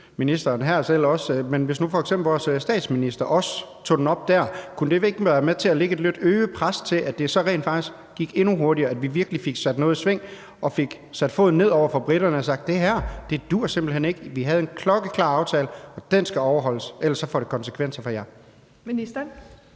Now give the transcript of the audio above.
ministeren her selv. Men hvis nu f.eks. vores statsminister også tog den op der, kunne det så ikke være med til at lægge et øget pres på det, så det rent faktisk gik endnu hurtigere og vi virkelig fik sat noget i sving og fik sat foden ned over for briterne og sagt: Det her duer simpelt hen ikke, vi havde en klokkeklar aftale, og den skal overholdes, for ellers får det konsekvenser for jer? Kl.